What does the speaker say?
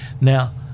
Now